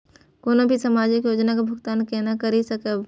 कोनो भी सामाजिक योजना के भुगतान केना कई सकब?